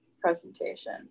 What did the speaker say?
presentation